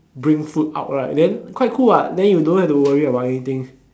bring food out right then quite cool what then you don't have to worry about anything